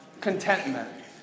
contentment